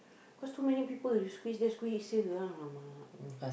cause too many people you squeeze there squeeze here !alamak!